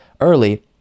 early